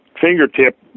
fingertip